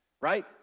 right